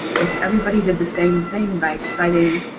if everybody did the same thing by citing